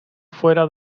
fuera